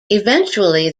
eventually